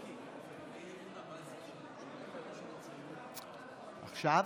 להלן תוצאות ההצבעה: בעד,